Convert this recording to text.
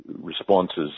responses